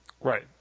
Right